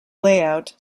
layout